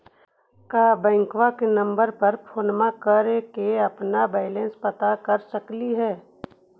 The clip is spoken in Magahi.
का बैंक के नंबर पर फोन कर के अपन बैलेंस पता कर सकली हे?